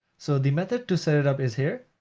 so the method to set it up is here,